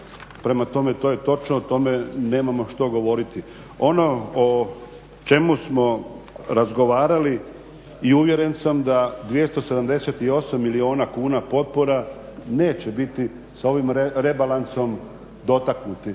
prema tome to je točno, o tome nemamo što govoriti. Ono o čemu smo razgovarali i uvjeren sam da 278 milijuna kuna potpora neće biti s ovim rebalansom dotaknuti,